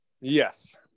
Yes